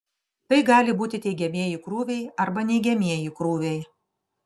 tai gali būti teigiamieji krūviai arba neigiamieji krūviai